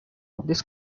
this